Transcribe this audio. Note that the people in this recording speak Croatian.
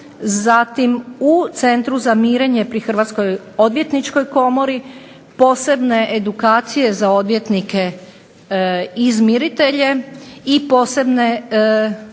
Zatim, u Centru za mirenje pri Hrvatskoj odvjetničkoj komori, posebne edukacije za odvjetnike izmiritelje i posebne